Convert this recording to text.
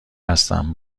هستم